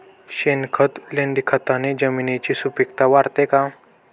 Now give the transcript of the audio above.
शेणखत, लेंडीखताने जमिनीची सुपिकता वाढते का?